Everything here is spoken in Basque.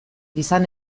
izan